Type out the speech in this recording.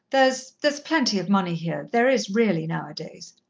there's there's plenty of money here there is really now-a-days.